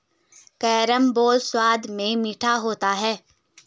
carambola स्वाद में मीठा होता है